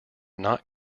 not